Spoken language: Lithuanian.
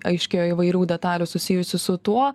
aiškėjo įvairių detalių susijusių su tuo